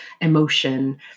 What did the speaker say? emotion